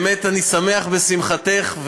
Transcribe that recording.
באמת אני שמח בשמחתך,